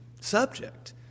subject